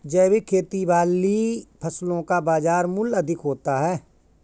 जैविक खेती वाली फसलों का बाज़ार मूल्य अधिक होता है